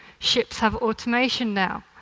ships have automation now.